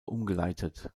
umgeleitet